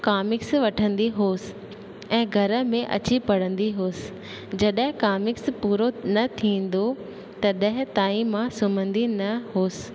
comics वठंदी हुअसि ऐं घर में अची पढ़ंदी हुअसि जॾहिं कामिक्स पूरो न थींदो तॾहिं ताईं मां सुम्हंदी न हुअसि